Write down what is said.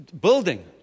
Building